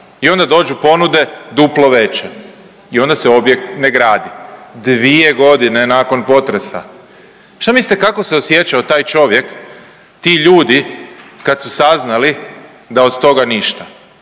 I onda dođu ponude duplo veće i onda se objekt ne gradi 2 godine nakon potres. Šta mislite kako se osjećao taj čovjek, ti ljudi kad su saznali da od toga ništa?